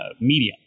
medium